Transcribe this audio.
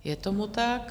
Je tomu tak.